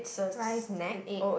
rice in egg